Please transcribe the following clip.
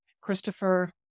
Christopher